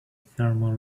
thermal